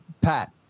Pat